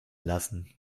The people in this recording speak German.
lassen